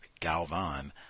Galvan